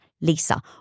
Lisa